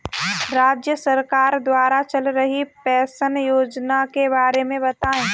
राज्य सरकार द्वारा चल रही पेंशन योजना के बारे में बताएँ?